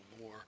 more